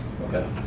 okay